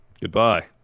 Goodbye